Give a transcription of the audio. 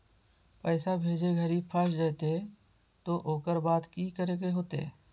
पैसा भेजे घरी फस जयते तो ओकर बाद की करे होते?